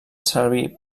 servir